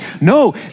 No